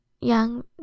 young